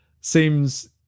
seems